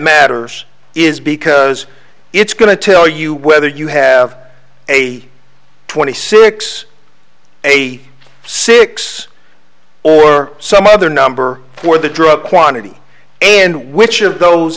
matters is because it's going to tell you whether you have a twenty six eighty six or some other number for the drug quantity and which of those